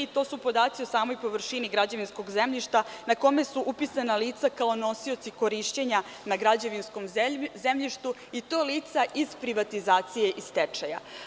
To su podaci o samoj površini građevinskog zemljišta na kome su upisana lica kao nosioci korišćenja na građevinskom zemljištu, i to lica iz privatizacije i stečaja.